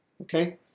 Okay